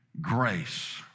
grace